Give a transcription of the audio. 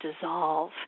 dissolve